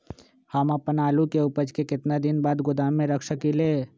हम अपन आलू के ऊपज के केतना दिन बाद गोदाम में रख सकींले?